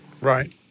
right